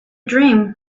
dream